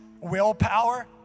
willpower